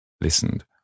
listened